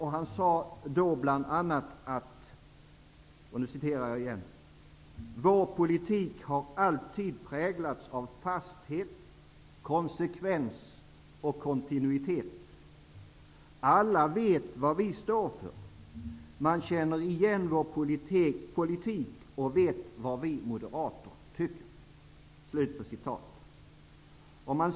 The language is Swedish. Han sade då bl.a. att ''vår politik har alltid präglats av fasthet, konsekvens och kontinuitet. Alla vet vad vi står för. Man känner igen vår politik och vet vad vi moderater tycker.''